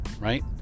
right